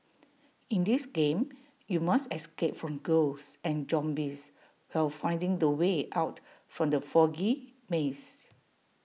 in this game you must escape from ghosts and zombies while finding the way out from the foggy maze